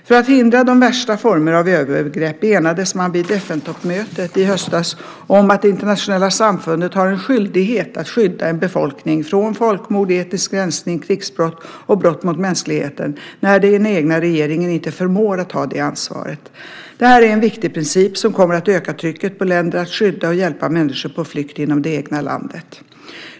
För att hindra de värsta formerna av övergrepp enades man vid FN-toppmötet i höstas om att det internationella samfundet har en skyldighet att skydda en befolkning från folkmord, etnisk rensning, krigsbrott och brott mot mänskligheten när den egna regeringen inte förmår att ta det ansvaret. Det här är en viktig princip som kommer att öka trycket på länder att skydda och hjälpa människor på flykt inom det egna landet.